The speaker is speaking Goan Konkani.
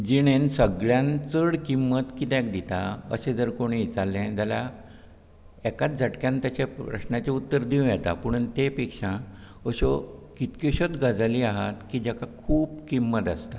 जिणेत सगळ्यांत चड किंमत कित्याक दिता अशें जर कोणेंय विचारलें जाल्यार एकाच झटक्यान तेच्या प्रस्नाची उत्तर दीवं येता पूण ते पेक्षा अश्यो कितक्योशोत गजाली आहात की जाका खुब किंमत आसता